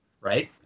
right